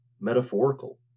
metaphorical